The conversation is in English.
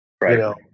Right